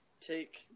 take